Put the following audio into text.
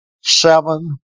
seven